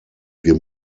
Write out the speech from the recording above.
wir